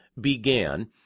began